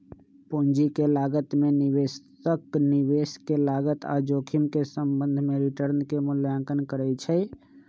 पूंजी के लागत में निवेशक निवेश के लागत आऽ जोखिम के संबंध में रिटर्न के मूल्यांकन करइ छइ